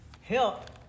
help